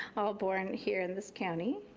all born here in this county.